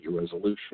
resolution